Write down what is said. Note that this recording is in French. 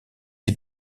qui